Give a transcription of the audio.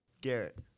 Garrett